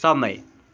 समय